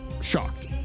Shocked